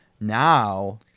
Now